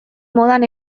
modan